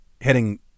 heading